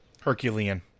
Herculean